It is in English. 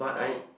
oh